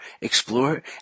explore